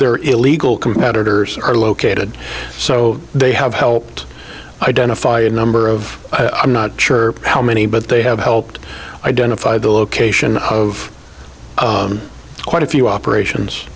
they're illegal competitors are located so they have helped identify a number of i'm not sure how many but they have helped identify the location of quite a few operations